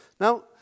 Now